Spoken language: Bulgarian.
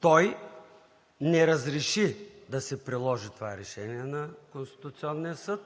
Той не разреши да се приложи това решение на Конституционния съд